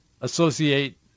associate